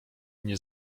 nie